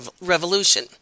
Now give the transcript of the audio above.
Revolution